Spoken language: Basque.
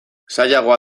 zailagoa